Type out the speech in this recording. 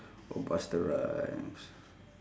oh busta rhymes